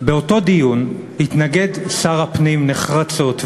באותו דיון התנגד שר הפנים נחרצות,